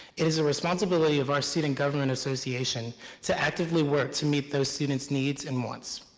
it is the responsibility of our student government association to actively work to meet those students' needs and wants.